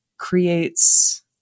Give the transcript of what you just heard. creates